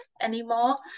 anymore